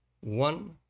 one